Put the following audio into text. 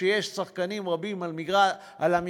כשיש שחקנים רבים על המגרש,